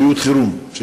בריאות חירום,